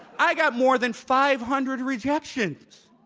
i got more than five hundred rejections.